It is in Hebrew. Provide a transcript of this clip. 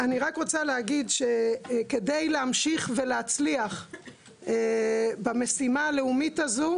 כדי להמשיך ולהצליח במשימה הלאומית הזו,